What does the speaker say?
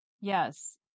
Yes